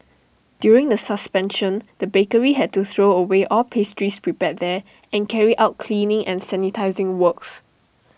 during the suspension the bakery had to throw away all pastries prepared there and carry out cleaning and sanitising works